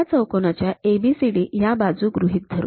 त्या चौकोनाच्या ABCD ह्या बाजू गृहीत धरू